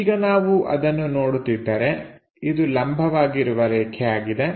ಈಗ ನಾವು ಅದನ್ನು ನೋಡುತ್ತಿದ್ದರೆ ಇದು ಲಂಬವಾಗಿರುವ ರೇಖೆ ಆಗಿದೆ